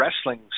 wrestling